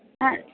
ആ